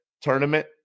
tournament